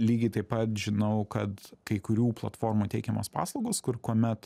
lygiai taip pat žinau kad kai kurių platformų teikiamos paslaugos kur kuomet